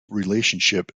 relationship